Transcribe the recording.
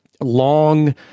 long